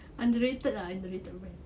underrated ah underrated brand